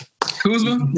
Kuzma